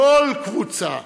לכל קבוצה,